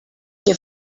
que